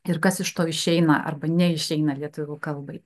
ir kas iš to išeina arba neišeina lietuvių kalbai